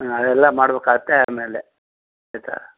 ಹ್ಞೂ ಅವೆಲ್ಲ ಮಾಡ್ಬೇಕು ಆಗುತ್ತೆ ಆಮೇಲೆ ಆಯಿತಾ